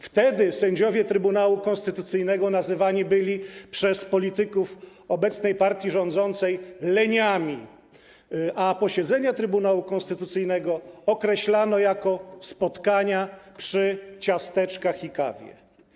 Wtedy sędziowie Trybunału Konstytucyjnego nazywani byli przez polityków obecnej partii rządzącej leniami, a posiedzenia Trybunału Konstytucyjnego określano jako spotkania przy ciasteczkach i kawie.